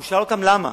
הוא שאל אותם למה,